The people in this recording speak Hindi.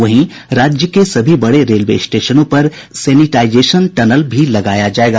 वहीं राज्य के सभी बड़े रेलवे स्टेशनों पर सेनिटाइजेशन टनल लगाया जायेगा